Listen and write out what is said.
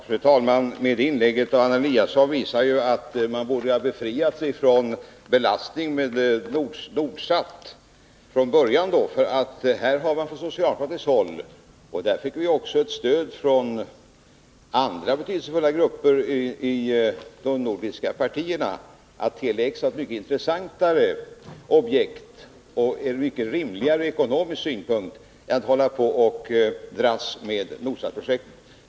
Fru talman! Anna Eliassons inlägg visar ju att även ni borde ha befriat er från belastningen av Nordsat från början i utskottsarbetet. Vi har från socialdemokratiskt håll — vi fick också stöd från andra betydelsefulla grupper ide nordiska partierna — hävdat att Tele X är ett mycket intressantare objekt och mycket rimligare ur ekonomisk synpunkt än Nordsatprojektet.